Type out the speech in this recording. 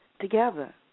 Together